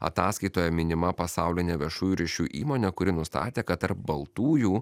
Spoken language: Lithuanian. ataskaitoje minima pasaulinė viešųjų ryšių įmonė kuri nustatė kad tarp baltųjų